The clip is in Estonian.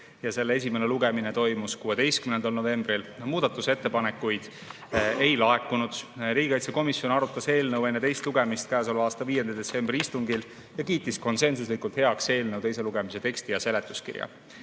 ja selle esimene lugemine toimus 16. novembril. Muudatusettepanekuid ei laekunud. Riigikaitsekomisjon arutas eelnõu enne teist lugemist selle aasta 5. detsembri istungil ning kiitis konsensuslikult heaks eelnõu teise lugemise teksti ja